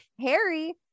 Harry